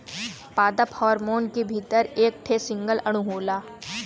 पादप हार्मोन के भीतर एक ठे सिंगल अणु होला